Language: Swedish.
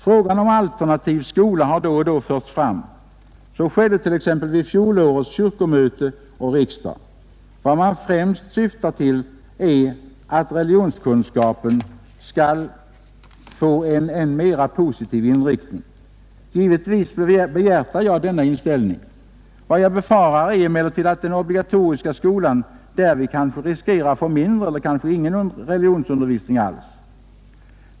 Frågan om alternativ skola har då och då förts fram. Så skedde t.ex. vid fjolårets kyrkomöte och riksdag. Vad man främst syftar till är att religionskunskapen skall få en än mera positiv inriktning. Givetvis behjärtar jag denna inställning. Vad jag befarar är emellertid att den obligatoriska skolan därvid kanske riskerar få mindre eller kanske ingen religionsundervisning alls.